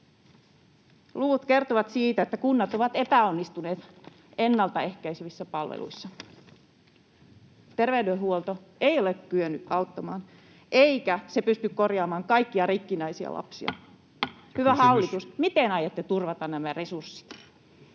Luvut kertovat siitä, että kunnat ovat epäonnistuneet ennaltaehkäisevissä palveluissa. Terveydenhuolto ei ole kyennyt auttamaan, eikä se pysty korjaamaan kaikkia rikkinäisiä lapsia. [Puhemies: Kysymys!] Hyvä hallitus, miten aiotte turvata nämä resurssit?